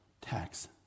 tax